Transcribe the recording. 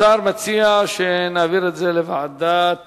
השר הציע שנעביר את הנושא לוועדת